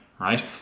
right